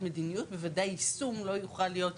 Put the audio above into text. מדיניות אך בוודאי יישום לא יוכל להיות.